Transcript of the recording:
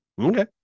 Okay